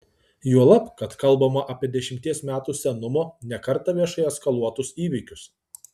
juolab kad kalbama apie dešimties metų senumo ne kartą viešai eskaluotus įvykius